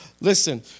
listen